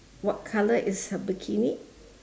what colour is her bikini